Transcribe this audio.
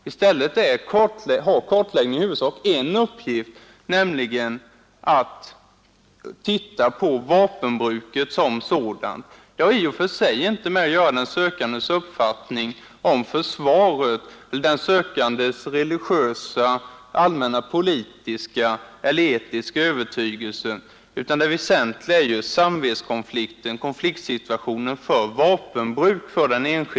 I stället har kartläggningen i huvudsak en uppgift, nämligen att klargöra sökandens inställning till vapenbruket som sådant. Det har i och för sig inte att göra med hans uppfattning om försvaret, hans religiösa, allmänna politiska eller etiska övertygelse, utan det väsentliga är den enskildes samvetskonflikt inför vapenbruk.